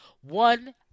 one